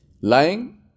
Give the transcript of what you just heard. Lying